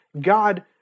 God